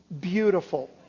beautiful